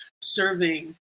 serving